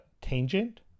Tangent